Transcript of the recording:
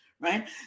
right